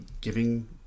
giving